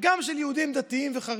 גם של יהודים דתיים וחרדים.